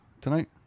tonight